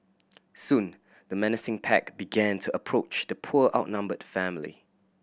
soon the menacing pack began to approach the poor outnumbered family